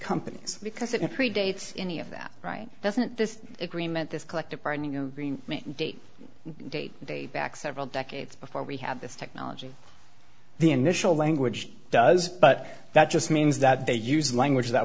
companies because it predates any of that right doesn't this agreement this collective bargaining date date date back several decades before we have this technology the initial language does but that just means that they use language that